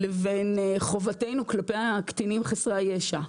לבין חובתנו כלפי הקטינים חסרי הישע,